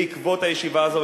בעקבות הישיבה הזאת,